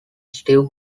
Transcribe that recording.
steve